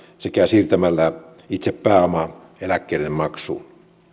sekä siirtämällä itse pääomaa eläkkeiden maksuun